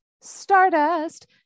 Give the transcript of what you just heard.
stardust